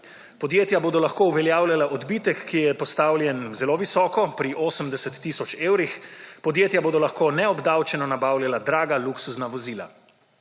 Podjetja bodo lahko uveljavljala odbitek, ki je postavljen zelo visoko, pri 80 tisoč evrih, podjetja bodo lahko neobdavčeno nabavljala draga luksuzna vozila.